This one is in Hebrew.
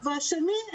והשני,